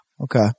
Okay